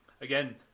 again